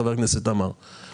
חבר הכנסת עמאר.